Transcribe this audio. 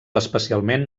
especialment